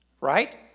right